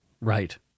Right